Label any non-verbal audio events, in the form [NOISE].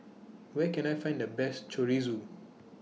[NOISE] Where Can I Find The Best Chorizo